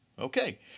Okay